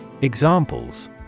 Examples